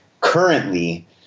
currently